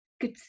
good